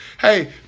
hey